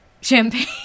Champagne